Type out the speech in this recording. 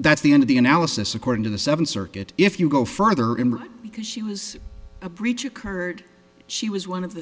that's the end of the analysis according to the seventh circuit if you go further in because she was a breach occurred she was one of the